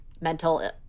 mental